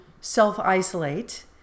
self-isolate